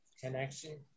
connection